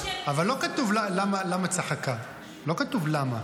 אבל לא כתוב למה צחקה, לא כתוב למה.